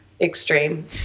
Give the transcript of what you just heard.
extreme